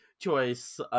choice